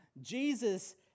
Jesus